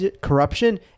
corruption